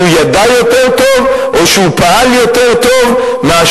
ידע יותר טוב או שהוא פעל יותר טוב ממה